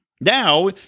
Now